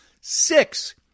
Six